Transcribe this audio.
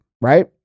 Right